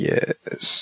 Yes